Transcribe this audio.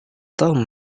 tom